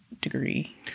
degree